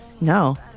No